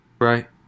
right